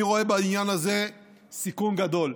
אני רואה בעניין הזה סיכון גדול.